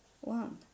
one